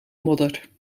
modder